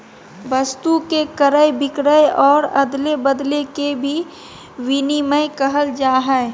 वस्तु के क्रय विक्रय और अदले बदले के भी विनिमय कहल जाय हइ